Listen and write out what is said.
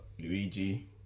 Luigi